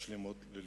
שלמות ללמוד.